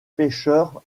pêcheurs